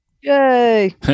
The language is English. Yay